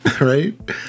Right